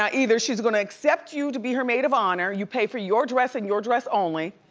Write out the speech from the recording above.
um either she's gonna accept you to be her maid of honor, you pay for your dress and your dress only,